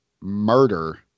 murder